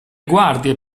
guardie